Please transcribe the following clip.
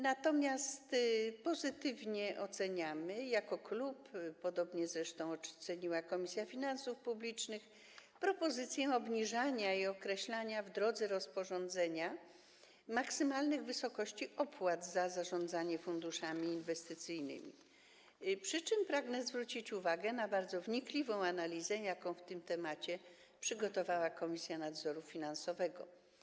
Natomiast pozytywnie oceniamy jako klub, podobnie zresztą oceniła to Komisja Finansów Publicznych, propozycję obniżania i określania w drodze rozporządzenia maksymalnych wysokości opłat za zarządzanie funduszami inwestycyjnymi, przy czym pragnę zwrócić uwagę na bardzo wnikliwą analizę, jaką przygotowała na ten temat Komisja Nadzoru Finansowego.